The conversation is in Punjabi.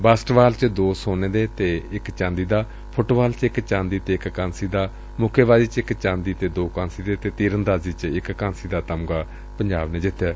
ਬਾਸਕਟਬਾਲ ਵਿੱਚ ਦੋ ਸੋਨੇ ਤੇ ਇਕ ਚਾਂਦੀ ਫੁਟਬਾਲ ਵਿੱਚ ਇਕ ਚਾਂਦੀ ਤੇ ਇਕ ਕਾਂਸੀ ਮੁੱਕੇਬਾਜ਼ੀ ਵਿੱਚ ਇਕ ਚਾਂਦੀ ਤੇ ਦੋ ਕਾਂਸੀ ਅਤੇ ਤੀਰਅੰਦਾਜ਼ੀ ਵਿੱਚ ਇਕ ਕਾਂਸੀ ਦਾ ਤਮਗਾ ਜਿੱਤਿਆ